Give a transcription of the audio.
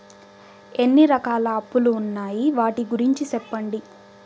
ఎన్ని రకాల అప్పులు ఉన్నాయి? వాటి గురించి సెప్పండి?